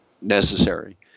necessary